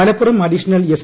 Malappuram additional S